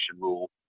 rule